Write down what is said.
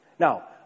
Now